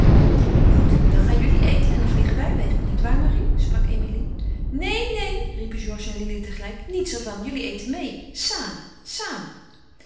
goed dan gaan jullie eten en dan vliegen wij weg niet waar marie sprak emilie neen neen riepen georges en lili tegelijk niets er van jullie eten meê samen samen